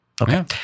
Okay